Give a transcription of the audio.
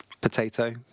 Potato